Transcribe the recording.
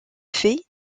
fait